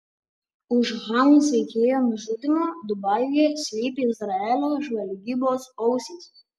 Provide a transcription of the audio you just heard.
už hamas veikėjo nužudymo dubajuje slypi izraelio žvalgybos ausys